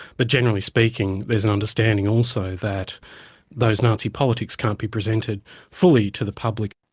but generally speaking there is an understanding also that those nazi politics can't be presented fully to the public.